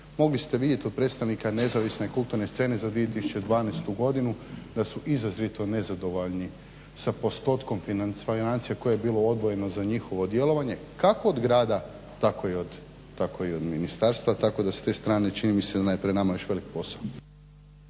Mogli ste vidjet od predstavnika nezavisne kulturne scene za 2012. godinu da izrazito nezadovoljni sa postotkom financija koje je bilo odvojeno za njihovo djelovanje kako od grada tako i od ministarstva tako da s te strane čini mi se da je pred nama još velik posao.